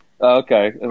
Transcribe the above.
Okay